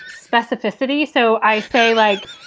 specificity. so i say, like,